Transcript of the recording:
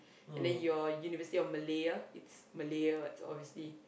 and then your University-of-Malaya it's Malaya what so obviously